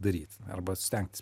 daryt arba stengtis